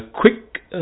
quick